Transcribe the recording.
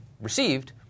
received